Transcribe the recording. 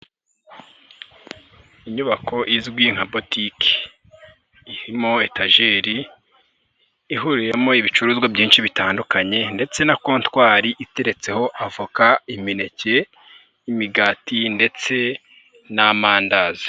Inyubako izwi nka botike irimo etageri ihuriyemo ibicuruzwa byinshi bitandukanye ndetse na kontwari iteretseho avoka, imineke, imigati ndetse n'amandazi.